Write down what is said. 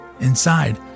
inside